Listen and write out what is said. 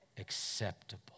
Acceptable